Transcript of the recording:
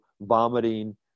vomiting